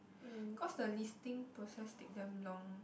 cause the listing process take damn long